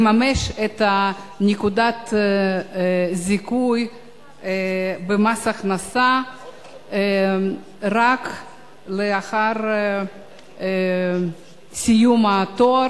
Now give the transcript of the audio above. לממש את נקודת הזיכוי במס הכנסה רק לאחר סיום התואר,